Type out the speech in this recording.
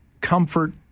comfort